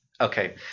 okay